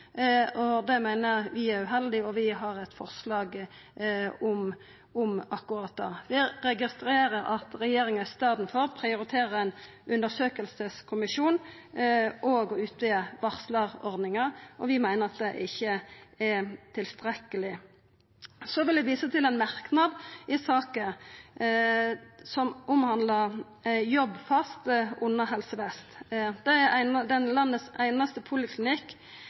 opp. Det meiner vi er uheldig, og vi har eit forslag om akkurat det, saman med SV. Eg registrerer at regjeringa i staden for prioriterer ein undersøkingskommisjon og å utvida varslarordninga. Vi meiner at det ikkje er tilstrekkeleg. Så vil eg visa til ein merknad i saka som omhandlar Jobbfast under Helse Vest. Det er den einaste